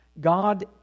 God